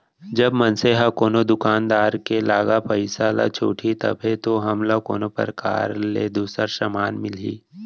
जब मनसे ह कोनो दुकानदार के लागा पइसा ल छुटही तभे तो हमला कोनो परकार ले दूसर समान मिलही